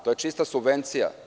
To je čista subvencija.